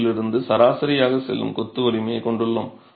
5 இலிருந்து சராசரியாக செல்லும் கொத்து வலிமையைக் கொண்டுள்ளோம்